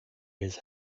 his